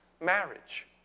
Marriage